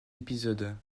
épisodes